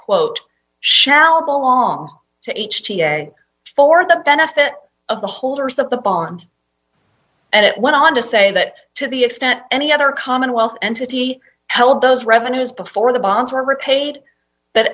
quote shall belong to each t n a for the benefit of the holders of the bond and it went on to say that to the extent any other commonwealth entity held those revenues before the bonds were repaid but